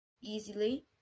easily